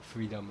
freedom